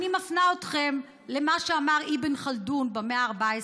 אני מפנה אתכם למה שאמר אבן ח'לדון במאה ה-14.